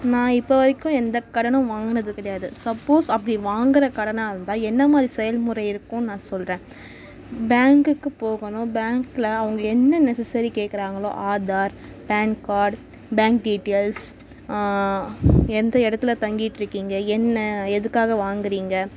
நான் இப்போ வரைக்கும் எந்த கடனும் வாங்கினது கிடையாது சப்போஸ் அப்படி வாங்குகிற கடனாக இருந்தால் என்னமாதிரி செயல்முறை இருக்கும்னு நான் சொல்கிறேன் பேங்குக்கு போகணும் பேங்க்கில் அவங்க என்ன நெசஸரி கேக்கிறாங்களோ Aadhaar PAN card bank details எந்த இடத்துல தங்கிட்டு இருக்கீங்க என்ன எதுக்காக வாங்குகிறீங்க